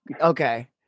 okay